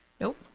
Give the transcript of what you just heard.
Nope